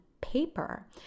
paper